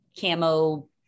camo